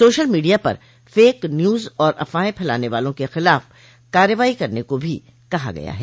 social media पर fake news और अफवाहें फैलाने वालों के खिलाफ कार्रवाई करने को भी कहा गया है